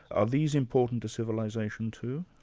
are these important to civilization, too?